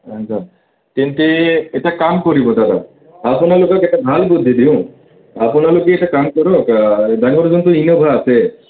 আঠজন তেন্তে এটা কাম কৰিব দাদা আপোনালোকক এটা ভাল বুদ্ধি দিওঁ আপোনালোকে এটা কাম কৰক ডাঙৰ যিটো ইন'ভা আছে